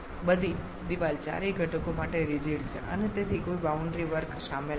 બધી દિવાલો ચારેય ઘટકો માટે રિજિડ છે અને તેથી કોઈ બાઉન્ડ્રી વર્ક સામેલ નથી